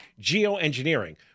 geoengineering